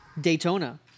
Daytona